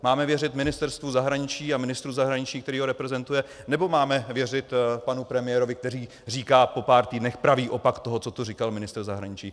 Máme věřit Ministerstvu zahraničí a ministru zahraničí, který ho reprezentuje, nebo máme věřit panu premiérovi, který říká po pár týdnech pravý opak toho, co tu říkal ministr zahraničí?